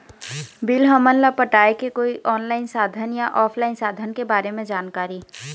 Bill हमन ला पटाए के कोई ऑनलाइन साधन या ऑफलाइन साधन के बारे मे जानकारी?